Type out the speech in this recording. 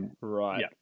right